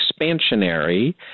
expansionary